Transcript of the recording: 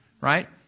right